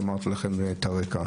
אמרתי להם את הרקע.